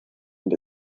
and